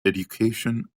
education